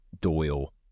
Doyle